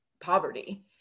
poverty